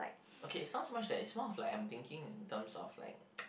okay it's not so much that it's more of like I'm thinking in terms of like